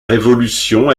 révolution